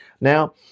Now